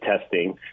testing